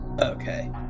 Okay